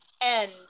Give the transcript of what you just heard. end